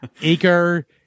eager